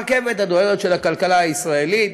הרכבת הדוהרת של הכלכלה הישראלית,